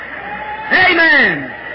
Amen